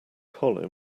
colin